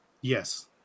Yes